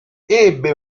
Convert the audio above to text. ebbe